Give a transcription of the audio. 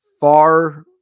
far